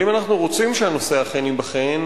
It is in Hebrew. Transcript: אבל אם אנחנו רוצים שהנושא אכן ייבחן,